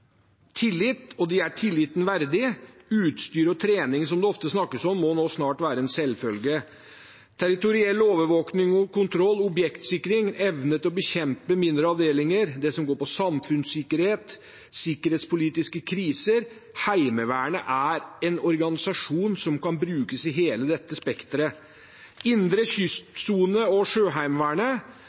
tillit, og de er tilliten verdig. Utstyr og trening – som det ofte snakkes om – må snart være en selvfølge. Territoriell overvåking og kontroll, objektsikring, evne til å bekjempe mindre avdelinger, det som går på samfunnssikkerhet, sikkerhetspolitiske kriser – Heimevernet er en organisasjon som kan brukes i hele dette spekteret. Indre kystsone og Sjøheimevernet